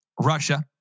Russia